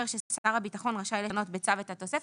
ששר הביטחון רשאי לשנות בצו את התוספת,